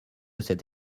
cette